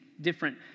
different